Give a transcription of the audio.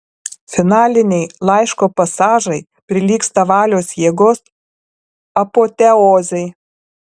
finaliniai laiško pasažai prilygsta valios jėgos apoteozei